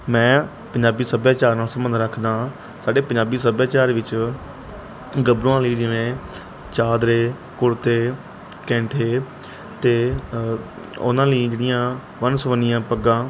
ਮੈਂ ਪੰਜਾਬੀ ਸੱਭਿਆਚਾਰ ਨਾਲ ਸੰਬੰਧ ਰੱਖਦਾ ਹਾਂ ਸਾਡੇ ਪੰਜਾਬੀ ਸੱਭਿਆਚਾਰ ਵਿੱਚ ਗੱਭਰੂਆਂ ਲਈ ਜਿਵੇਂ ਚਾਦਰੇ ਕੁੜਤੇ ਕੈਂਠੇ ਅਤੇ ਉਹਨਾਂ ਲੀਨ ਦੀਆਂ ਵੰਨ ਸੁਵੰਨੀਆਂ ਪੱਗਾਂ